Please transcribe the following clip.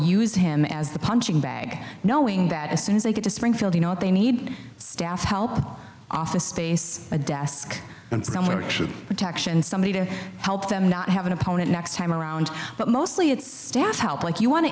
use him as the punching bag knowing that as soon as they get to springfield you know what they need staff help office space a desk somewhere protection somebody to help them not have an opponent next time around but mostly it's like you want to